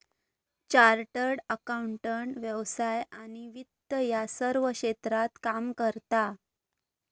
chartered accountant व्यवसाय आणि वित्त या सर्व क्षेत्रात काम करता